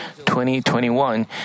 2021